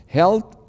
health